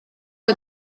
abo